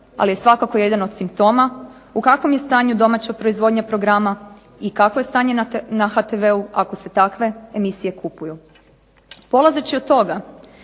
ali je svakako jedan od simptoma u kakvom je stanju domaća proizvodnja programa i kakvo je stanje na HTV-u ako se takve emisije kupuju.